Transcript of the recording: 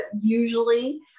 usually